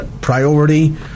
priority